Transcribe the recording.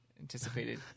anticipated